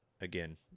Again